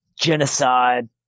genocide